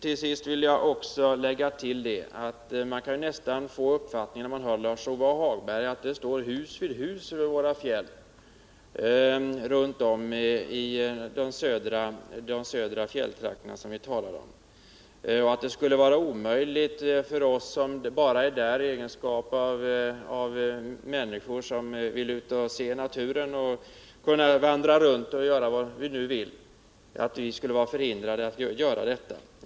Jag vill tillägga att man, när man hör Lars-Ove Hagberg, nästan kan få uppfattningen att det står hus vid hus runt om i de södra fjälltrakter som vi talar om och att vi som bara är där i egenskap av människor som vill ut och se naturen, vandrar runt eller vad vi nu vill skulle vara förhindrade att göra detta.